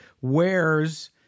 wears